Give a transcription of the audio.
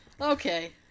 Okay